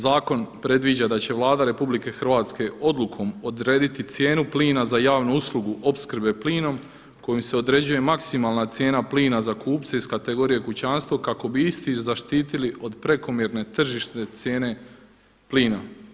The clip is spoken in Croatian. Zakon predviđa da će Vlada RH odlukom odrediti cijenu plina za javnu uslugu opskrbe plinom kojom se određuje maksimalna cijena plina za kupce iz kategorije kućanstvo kako bi isti zaštitili od prekomjerne tržišne cijene plina.